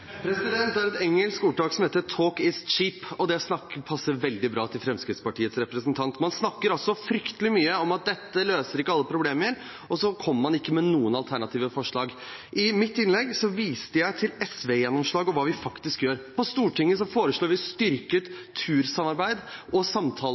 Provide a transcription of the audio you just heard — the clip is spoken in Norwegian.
Det er et engelsk ordtak som heter «talk is cheap», og det passer veldig bra til Fremskrittspartiets representant. Man snakker fryktelig mye om at dette ikke løser alle problemer, men man kommer ikke med noen alternative forslag. I mitt innlegg viste jeg til SV-gjennomslag og hva vi faktisk gjør. På Stortinget foreslår vi